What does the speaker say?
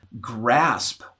grasp